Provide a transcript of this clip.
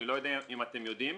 אני לא יודע אם אתם יודעים,